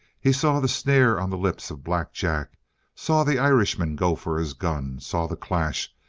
he saw the sneer on the lips of black jack saw the irishman go for his gun saw the clash,